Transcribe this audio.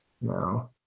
No